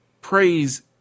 Praise